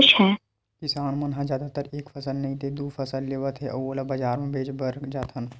किसान मन ह जादातर एक फसल नइ ते दू फसल लेवत हे अउ ओला बजार म बेचे बर जाथन